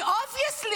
כי obviously,